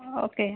okay